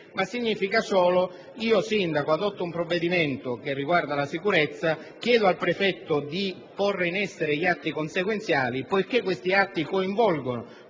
ma significa solo che il sindaco, che adotta un provvedimento relativo alla sicurezza, chiede al prefetto di porre in essere gli atti consequenziali. Poiché questi ultimi coinvolgono